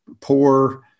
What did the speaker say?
poor